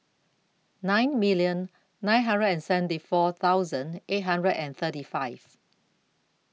nine million nine hundred and seventy four thousand eight hundred and thirty five